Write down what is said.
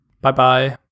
Bye-bye